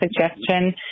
suggestion